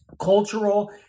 cultural